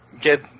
get